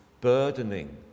burdening